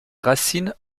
racines